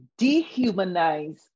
dehumanize